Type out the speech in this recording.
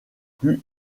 plus